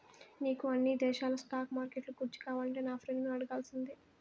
నీకు అన్ని దేశాల స్టాక్ మార్కెట్లు గూర్చి కావాలంటే నా ఫ్రెండును అడగాల్సిందే